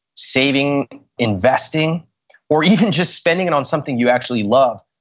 saving, investing or even just spending it on something you actually love.